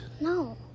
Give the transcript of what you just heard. No